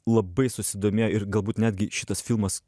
labai susidomėjo ir galbūt netgi šitas filmas